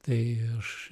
tai aš